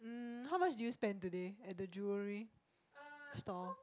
um how much did you spend today at the jewellery store